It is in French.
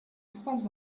trois